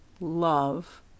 love